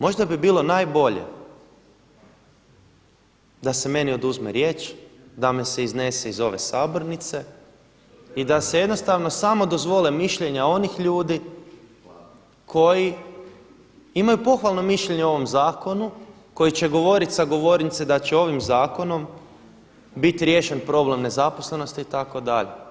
Možda bi bilo najbolje da se meni oduzme riječ, da me se iznese iz ove sabornice i da se jednostavno samo dozvole mišljenja onih ljudi koji imaju pohvalno mišljenje o ovom zakonu, koji će govoriti sa govornice da će ovim zakonom biti riješen problem nezaposlenosti itd.